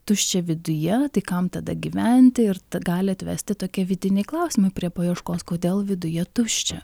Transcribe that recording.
tuščia viduje tai kam tada gyventi ir gali atvesti tokie vidiniai klausimai prie paieškos kodėl viduje tuščia